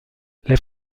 les